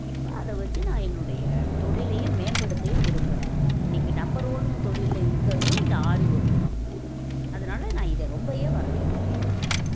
இப்போ அதை வெச்சு நான் என்னுடைய தொழிலையும் மேம்படுத்தவும் விரும்புகிறேன் இன்னைக்கி நம்பர் ஒன் தொழிலில் இருக்கிறதும் இந்த ஆரி ஒர்க்கு தான் அதனால் நான் இதை ரொம்ப வரவேற்கிறேன் இந்த தொழிலை